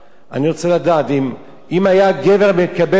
אם היה גבר מקבל 17 שקלים.